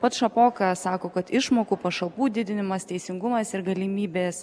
pats šapoka sako kad išmokų pašalpų didinimas teisingumas ir galimybės